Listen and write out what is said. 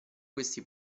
questi